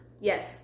yes